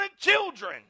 children